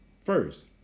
first